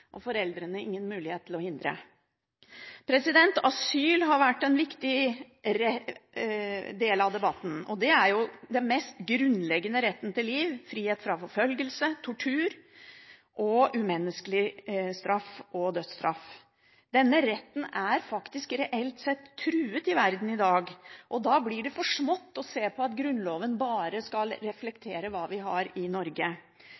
og foreldrene ingen mulighet til å hindre det. Asyl har vært en viktig del av debatten. Det er den mest grunnleggende retten til liv, frihet fra forfølgelse, tortur og umenneskelig straff og dødsstraff. Denne retten er faktisk reelt sett truet i verden i dag, og da blir det for smått å se på at Grunnloven bare skal reflektere hva vi har i Norge.